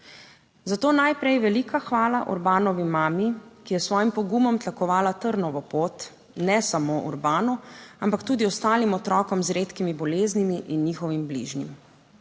Zato najprej velika hvala Urbanovi mami, ki je s svojim pogumom tlakovala trnovo pot ne samo Urban, ampak tudi ostalim otrokom z redkimi boleznimi in njihovim bližnjim.